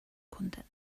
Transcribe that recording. content